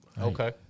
Okay